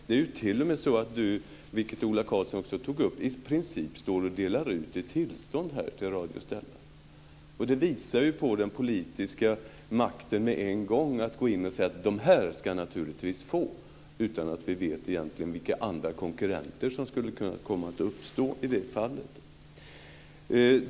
Det är t.o.m. så att Kenth Högström, vilket Ola Karlsson också tog upp, i princip står och delar ut ett tillstånd här till Radio Stella. Att gå in och säga att de naturligtvis ska få tillstånd, utan att vi egentligen vet vilka andra konkurrenter som skulle kunna finnas, visar men en gång på den politiska makten.